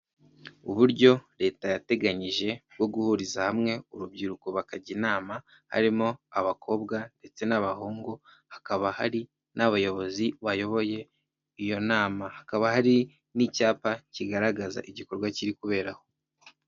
Uburyo leta yateganyije bwo guhuriza hamwe urubyiruko bakajya inama; harimo abakobwa ndetse n'abahungu; hakaba hari n'abayobozi bayoboye iyo nama; hakaba hari n'icyapa kigaragaza igikorwa kiri kuberaho.